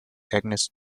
agnes